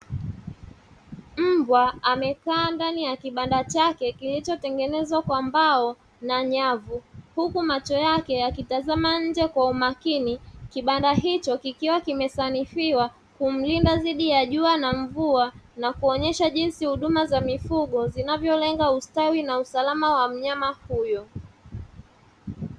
Mbwa amekaa ndani ya kibanda chake kilichotengenezwa kwa mbao na nyavu, huku macho yake yakitazama nje kwa umakini kibanda hicho kikiwa kimesanifiwa kumlinda dhidi ya jua na mvua na kuonyesha jinsi huduma za mifugo zinavyolenga ustawi na usalama wa mnyama huyo.